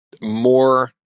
more